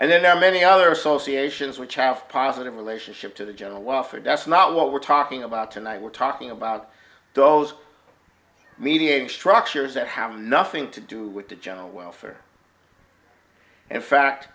and there are many other associations which have positive relationship to the general welfare that's not what we're talking about tonight we're talking about those mediating structures that have nothing to do with the general welfare in fact